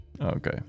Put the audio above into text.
okay